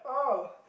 oh